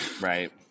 Right